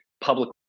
public